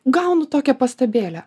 gaunu tokią pastabėlę